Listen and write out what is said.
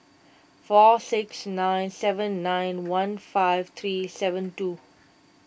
four six nine seven nine one five three seven two